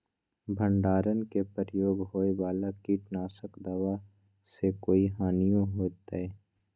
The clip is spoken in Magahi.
भंडारण में प्रयोग होए वाला किट नाशक दवा से कोई हानियों होतै?